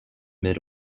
mid